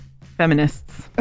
feminists